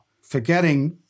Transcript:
forgetting